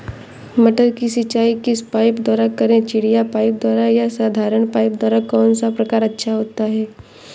मटर की सिंचाई किस पाइप द्वारा करें चिड़िया पाइप द्वारा या साधारण पाइप द्वारा कौन सा प्रकार अच्छा होता है?